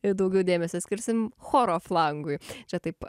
ir daugiau dėmesio skirsim choro flangui čia taip